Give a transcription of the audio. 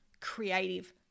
creative